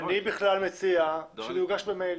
אני בכלל מציע שיוגש למייל